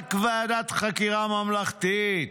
רק ועדת חקירה ממלכתית